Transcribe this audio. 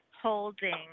holding